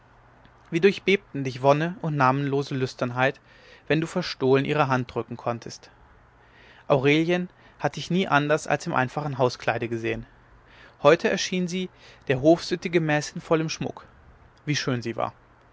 wie durchbebten dich wonne und namenlose lüsternheit wenn du verstohlen ihre hand drücken konntest aurelien hatte ich nie anders als im einfachen hauskleide gesehen heute erschien sie der hofsitte gemäß in vollem schmuck wie schön sie war